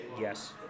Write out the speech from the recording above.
Yes